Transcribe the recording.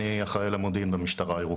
אני אחראי על המודיעין במשטרה הירוקה.